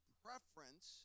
preference